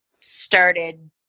started